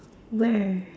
where